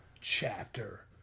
chapter